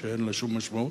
שאין לה שום משמעות?